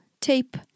tape